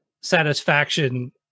Satisfaction